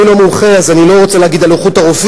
אני לא מומחה אז אני לא רוצה להגיד על איכות הרופאים,